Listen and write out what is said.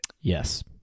Yes